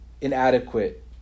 inadequate